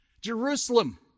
Jerusalem